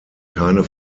keine